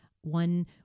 one